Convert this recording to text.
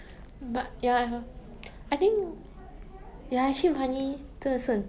then 如果你没有钱 right nobody want to talk to you nobody will entertain you like